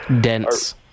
dense